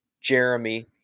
Jeremy